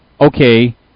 okay